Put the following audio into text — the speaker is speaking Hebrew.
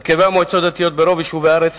הרכבי המועצות הדתיות ברוב יישובי הארץ